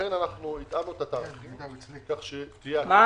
לכן אנחנו התאמנו את התאריכים כך שתהיה התאמה --- מה